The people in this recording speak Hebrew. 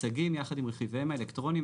צגים יחד עם רכיביהם האלקטרוניים,